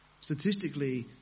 statistically